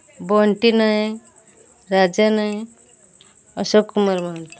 Bunty Naik Raja Naik Ashok Kumar Mahant